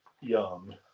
Young